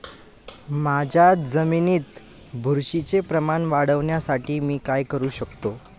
माझ्या जमिनीत बुरशीचे प्रमाण वाढवण्यासाठी मी काय करू शकतो?